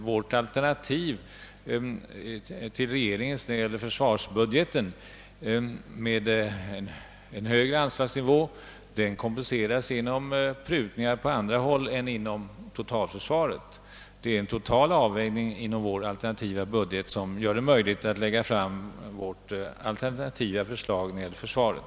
Vårt alternativ till militär försvarsbudget med en högre anslagsnivå motsvaras av prutningar på andra håll än inom totalförsvaret. Det är en total avvägning i vårt budgetalternativ som möjliggör våra förslag till något högre utgiftsram för försvaret.